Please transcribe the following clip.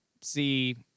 see